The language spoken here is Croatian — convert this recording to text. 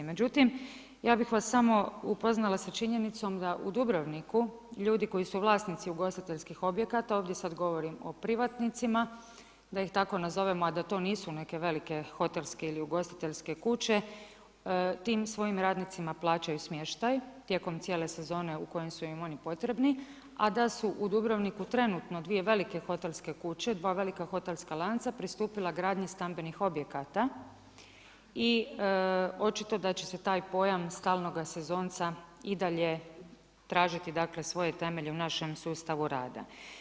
Međutim, ja bih vas samo upoznala sa činjenicom da u Dubrovniku ljudi koji su vlasnici ugostiteljskih objekata, ovdje sada govorim o privatnicima da ih tako nazovemo, a da to nisu neke velike hotelske ili ugostiteljske kuće, tim svojim radnicima plaćaju smještaj tijekom cijele sezone u kojim su im oni potrebni, a da su u Dubrovniku trenutno dvije velike hotelske kuće, dva velika hotelska lanca pristupila gradnji stambenih objekata i očito da će se taj pojam stalnoga sezonca i dalje tražiti svoje temelje u našem sustavu rada.